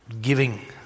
giving